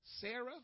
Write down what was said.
Sarah